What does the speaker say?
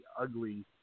ugly